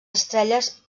estrelles